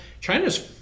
china's